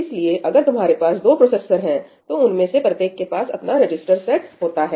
इसलिए अगर तुम्हारे पास दो प्रोसेसरस हैं तो उनमें से प्रत्येक के पास अपना रजिस्टर सेट होता है